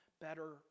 better